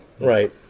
Right